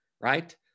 right